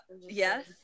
Yes